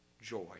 joy